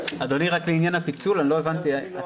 תודה